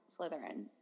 Slytherin